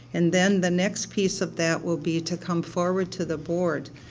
and then the next piece of that will be to come forward to the board.